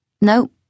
No